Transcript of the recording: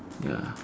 ya